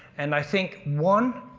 and i think, one,